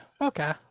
okay